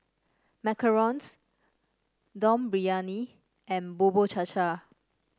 macarons Dum Briyani and Bubur Cha Cha